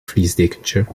fleecedekentje